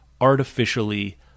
artificially